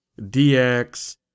DX